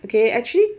okay actually